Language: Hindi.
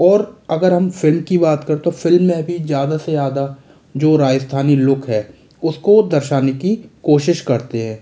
और अगर हम फिल्म की बात करें तो फिल्म में भी ज़्यादा से ज़्यादा जो राजस्थानी लुक है उसको दर्शाने के कोशिश करते हैं